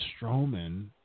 Strowman